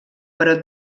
però